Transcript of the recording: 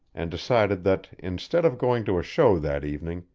and decided that, instead of going to a show that evening,